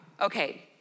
Okay